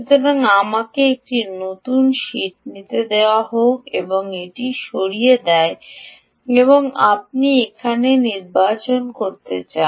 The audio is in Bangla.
সুতরাং আমাকে একটি নতুন শীট নিতে দাও আমি এটি সরিয়ে দেব এবং আপনি এখানে নির্বাচন করতে চাই